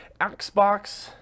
xbox